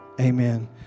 Amen